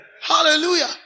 Hallelujah